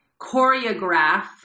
choreograph